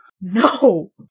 no